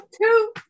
two